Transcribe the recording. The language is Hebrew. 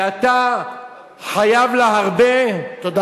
ואתה חייב לה הרבה, תודה רבה.